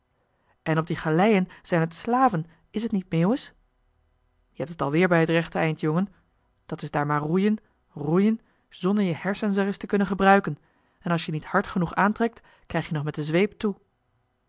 en op die galeien zijn t slaven is t niet meeuwis je hebt het alweer bij t rechte eind jongen dat is daar maar roeien roeien zonder je hersens ereis te kunnen gebruiken en als je niet hard genoeg aantrekt krijg je nog met de zweep toe